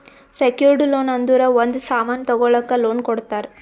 secured loan ಅಂದುರ್ ಒಂದ್ ಸಾಮನ್ ತಗೊಳಕ್ ಲೋನ್ ಕೊಡ್ತಾರ